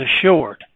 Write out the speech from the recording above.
assured